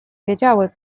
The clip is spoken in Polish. wiedziały